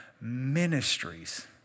ministries